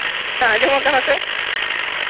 ᱟᱸᱡᱚᱢ ᱠᱟᱱᱟ ᱥᱮ